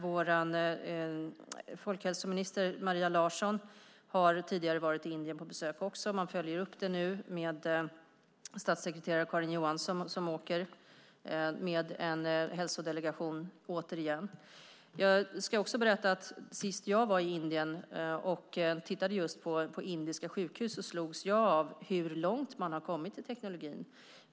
Vår folkhälsominister Maria Larsson har tidigare varit i Indien på besök. Man följer upp det nu då statssekreterare Karin Johansson åker dit igen med en hälsodelegation. Jag ska också berätta att när jag senast var i Indien och tittade på indiska sjukhus slogs jag av hur långt man har kommit i teknologin.